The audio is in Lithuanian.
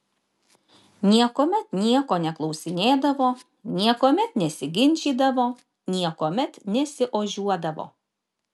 niekuomet nieko neklausinėdavo niekuomet nesiginčydavo niekuomet nesiožiuodavo